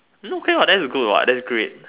no can what that's good what that's great